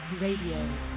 Radio